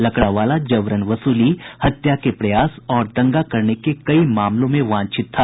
लकड़ावाला जबरन वसूली हत्या के प्रयास और दंगा करने के कई मामलों में वांछित था